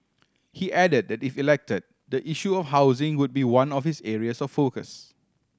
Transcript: he added that if elected the issue of housing would be one of his areas of focus